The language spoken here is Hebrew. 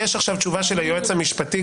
יש עכשיו תשובה של היועץ המשפטי.